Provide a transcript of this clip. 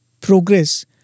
progress